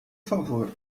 favor